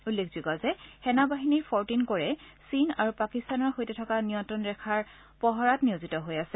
উল্লেখযোগ্য যে সেনা বাহিনীৰ ফ'ৰটিন কৰে চীন আৰু পাকিস্তানৰ সৈতে থকা নিয়ন্তণ ৰেখাৰ পহৰাৰ সময়ত নিয়োজিত হৈ আছে